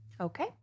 Okay